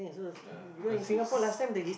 ah because it's